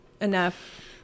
enough